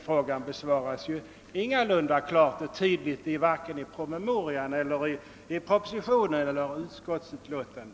Frågan besvaras ingalunda klart och tydligt vare sig i promemorian, propositionen eller utskottsutlåtandet.